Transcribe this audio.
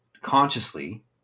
consciously